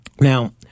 Now